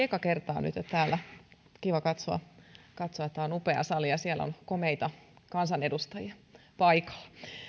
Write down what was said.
ekaa kertaa nytten täällä kiva katsoa tämä on upea sali ja siellä on komeita kansanedustajia paikalla